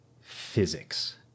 physics